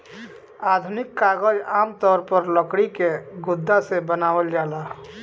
आधुनिक कागज आमतौर पर लकड़ी के गुदा से बनावल जाला